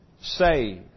saved